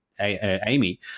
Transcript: Amy